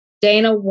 Dana